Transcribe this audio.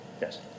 Yes